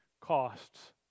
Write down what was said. costs